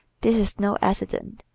this is no accident.